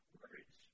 words